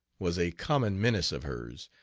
was a common menace of hers,